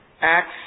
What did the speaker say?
Acts